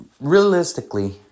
realistically